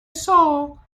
saw